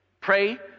pray